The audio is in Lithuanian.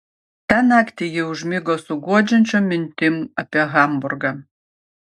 tą naktį ji užmigo su guodžiančiom mintim apie hamburgą